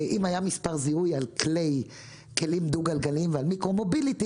אם היה מספר זיהוי על כלים דו גלגליים ועל מיקרו מוביליטי,